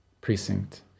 Precinct